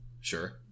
Sure